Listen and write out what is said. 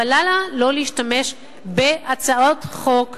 אבל למה לא להשתמש בהצעות חוק שקיימות,